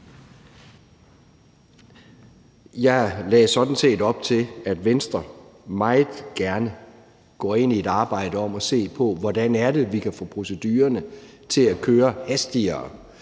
Jeg lagde sådan set op til, at Venstre meget gerne går ind i et arbejde med at se på, hvordan vi kan få procedurerne til at køre hastigere.